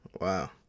Wow